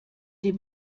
dem